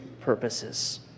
purposes